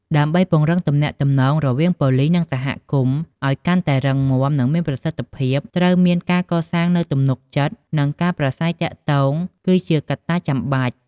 ដើម្បីពង្រឹងទំនាក់ទំនងរវាងប៉ូលីស និងសហគមន៍ ឲ្យកាន់តែរឹងមាំ និងមានប្រសិទ្ធភាព ត្រូវមានការកសាងនូវទំនុកចិត្ត និងការប្រាស្រ័យទាក់ទង គឺជាកត្តាចាំបាច់។